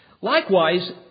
Likewise